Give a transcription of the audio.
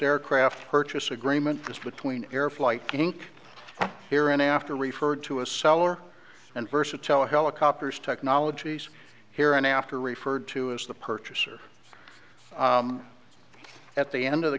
aircraft purchase agreement between air flight kink here and after referred to a seller and versatile helicopters technologies here and after referred to as the purchaser at the end of the